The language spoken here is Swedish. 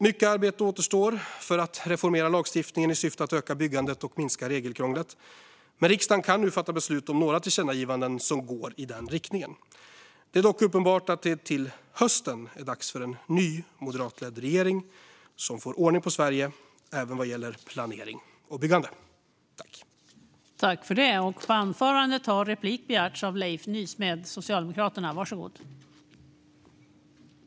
Mycket arbete återstår för att reformera lagstiftningen i syfte att öka byggandet och minska regelkrånglet. Men riksdagen kan nu fatta beslut om några förslag till tillkännagivanden som går i den riktningen. Det är dock uppenbart att det till hösten är dags för en ny moderatledd regering som får ordning på Sverige, även vad gäller planering och byggande.